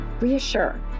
reassure